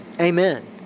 Amen